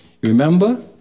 Remember